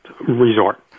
resort